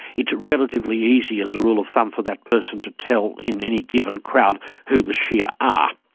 it's relatively easy as a rule of thumb for that person to tell in any given crowd who the shia are.